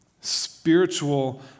Spiritual